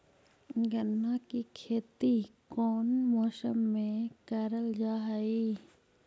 गन्ना के खेती कोउन मौसम मे करल जा हई?